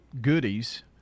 Goodies